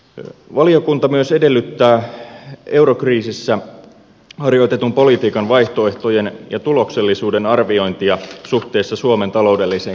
valiokunta myös edellyttää eurokriisissä harjoitetun politiikan vaihtoehtojen ja tuloksellisuuden arviointia suhteessa suomen taloudelliseen kantokykyyn